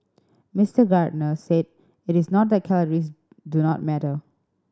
Mister Gardner said it is not that calories do not matter